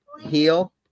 heal